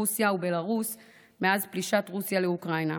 רוסיה ובלארוס מאז פלישת רוסיה לאוקראינה,